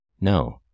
No